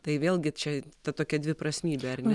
tai vėlgi čia ta tokia dviprasmybė ar ne